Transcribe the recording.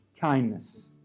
kindness